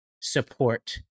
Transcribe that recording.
support